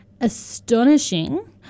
astonishing